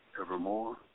evermore